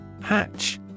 Hatch